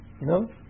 No